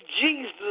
Jesus